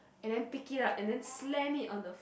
and then pick it up and then slam it on the floor